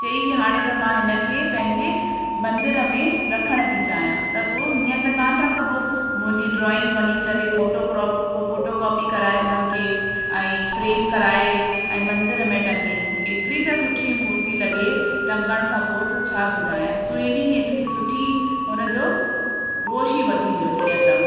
चयांई के हाणे त मां हिन खे पंहिंजे मंदर में रखण थी चाहियां त पोइ हीअं त कोन रखिबो मुंहिंजी ड्रॉइंग वञी करे फ़ोटोक़्रोफ़ फ़ोटो कॉपी कराए उन खे ऐं फ़्रेम कराए ऐं मंदर में टंगियईं एतिरी त सुठी मूर्ति लॻे टंगण खां पोइ छा ॿुधायां सुहिणी एतिरी सुठी हुन जो रोश ई वधी वियो जीअं त